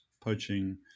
poaching –